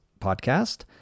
podcast